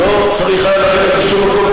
לא צריך היה לרדת לשום מקום.